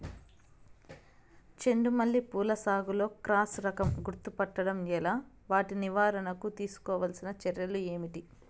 చెండు మల్లి పూల సాగులో క్రాస్ రకం గుర్తుపట్టడం ఎలా? వాటి నివారణకు తీసుకోవాల్సిన చర్యలు ఏంటి?